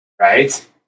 Right